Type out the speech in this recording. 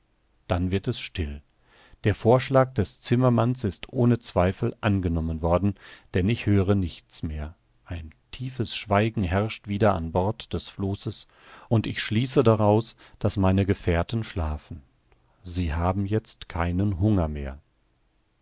dann wird es still der vorschlag des zimmermanns ist ohne zweifel angenommen worden denn ich höre nichts mehr ein tiefes schweigen herrscht wieder an bord des flosses und ich schließe daraus daß meine gefährten schlafen sie haben jetzt keinen hunger mehr